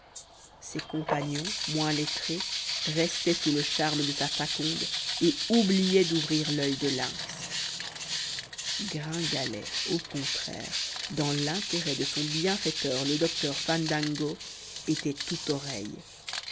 ses compagnons moins lettrés restaient sous le charme de sa faconde et oubliaient d'ouvrir l'oeil de lynx gringalet au contraire dans l'intérêt de son bienfaiteur le docteur fandango était tout oreilles